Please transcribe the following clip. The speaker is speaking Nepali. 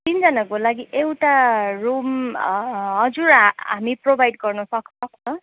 तिनजनाको लागि एउटा रुम हजुर हामी प्रोभाइड गर्न सक सक्छौँ